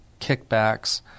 kickbacks